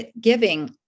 giving